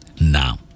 now